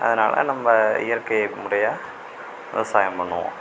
அதனால நம்ம இயற்கை முறையாக விவசாயம் பண்ணுவோம்